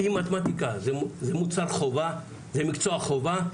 אם מתמטיקה זה מוצר חובה, זה מקצוע חובה,